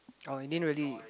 oh in the end really